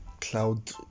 Cloud